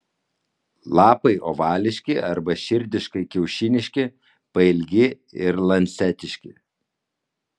lapai ovališki arba širdiškai kiaušiniški pailgi ir lancetiški